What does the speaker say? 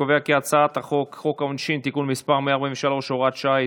חוק העונשין (תיקון מס' 143 והוראת שעה),